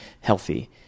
healthy